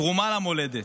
תרומה למולדת,